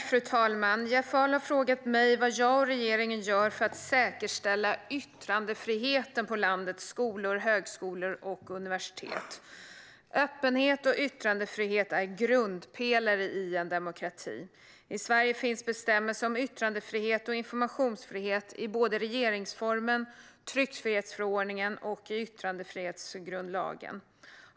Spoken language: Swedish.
Fru talman! Jeff Ahl har frågat mig vad jag och regeringen gör för att säkerställa yttrandefriheten på landets skolor, högskolor och universitet. Öppenhet och yttrandefrihet är grundpelare i en demokrati. I Sverige finns bestämmelser om yttrandefrihet och informationsfrihet i regeringsformen, tryckfrihetsförordningen och yttrandefrihetsgrundlagen.